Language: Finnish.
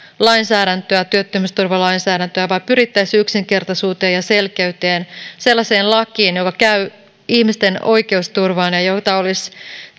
työttömyysturvalainsäädäntöä vaan pyrittäisiin yksinkertaisuuteen ja selkeyteen sellaiseen lakiin joka käy ihmisten oikeusturvaan ja jota olisi